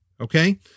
Okay